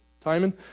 Timon